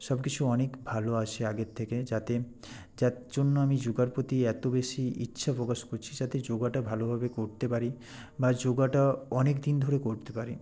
সব কিছু অনেক ভালো আছে আগের থেকে যাতে যার জন্য আমি যোগার প্রতি এতো বেশি ইচ্ছা প্রকাশ করছি যাতে যোগাটা ভালোভাবে করতে পারি বা যোগাটা অনেক দিন ধরে করতে পারি